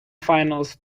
finals